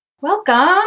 Welcome